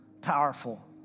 Powerful